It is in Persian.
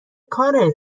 کاره